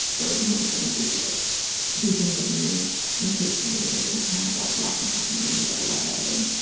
there were these incidents where she like threw things at me and chased me and i had to like lock myself in a room to get away.